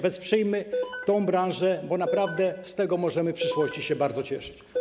Wesprzyjmy tę branżę, bo naprawdę z tego możemy w przyszłości bardzo się cieszyć.